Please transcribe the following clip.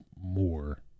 more